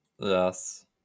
Yes